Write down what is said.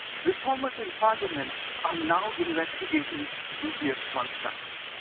reformers in parliament are now investigating dubious contracts.